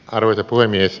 arvoisa puhemies